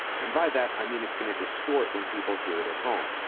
and by that, i mean it's going to distort when people hear it at home.